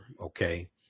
okay